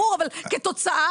אבל ה'כתוצאה'